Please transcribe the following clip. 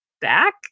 back